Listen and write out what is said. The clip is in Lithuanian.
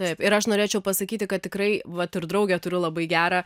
taip ir aš norėčiau pasakyti kad tikrai vat ir draugę turiu labai gerą